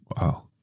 Wow